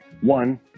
One